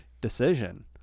decision